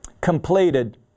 completed